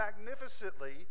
magnificently